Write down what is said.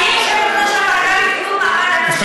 אני יושבת-ראש הוועדה לקידום מעמד הנשים,